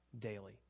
daily